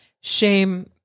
Shame